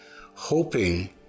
hoping